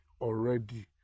already